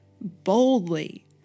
boldly